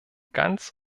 ganz